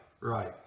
right